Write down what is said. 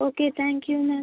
okay தேங்க்யூங்க